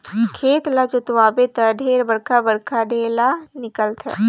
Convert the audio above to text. खेत ल जोतवाबे त ढेरे बड़खा बड़खा ढ़ेला निकलथे